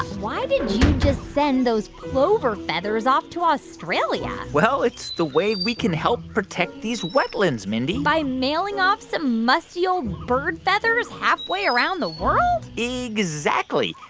why did you just send those plover feathers off to australia? well, it's the way we can help protect these wetlands, mindy by mailing off some musty, old bird feathers halfway around the world? exactly.